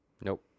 Nope